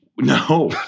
No